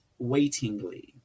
waitingly